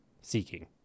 seeking